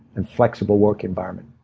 and flexible work environment?